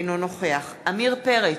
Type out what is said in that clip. אינו נוכח עמיר פרץ,